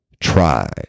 try